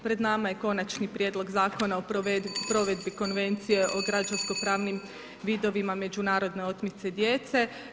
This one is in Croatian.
Pred nama je Konačni prijedlog Zakona o provedbi Konvencije o građansko pravnim vidovima međunarodne otmice djece.